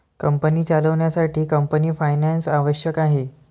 company चालवण्यासाठी company finance आवश्यक आहे